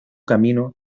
camino